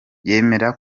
yemera